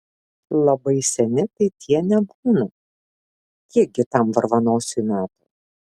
labai seni tai tie nebūna kiekgi tam varvanosiui metų